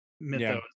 mythos